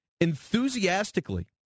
enthusiastically